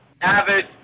avid